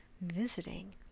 visiting